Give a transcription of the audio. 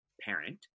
parent